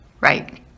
Right